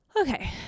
Okay